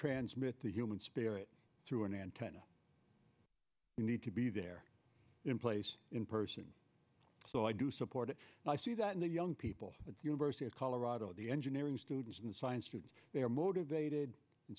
transmit the human spirit through an antenna you need to be there in place in person so i do support it and i see that in the young people university of colorado the engineering students and science students they are motivated